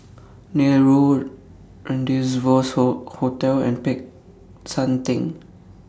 Neil Road Rendezvous Hall Hotel and Peck San Theng